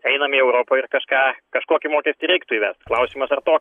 einam į europą ir kažką kažkokį mokestį reiktų įvest klausimas ar tokį